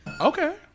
Okay